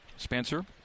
Spencer